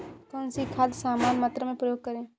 कौन सी खाद समान मात्रा में प्रयोग करें?